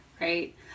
Right